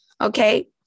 Okay